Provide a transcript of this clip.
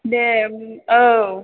दे औ